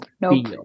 nope